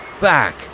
Back